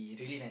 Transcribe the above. he really nice